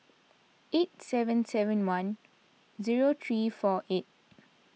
eight seven seven one zero three four eight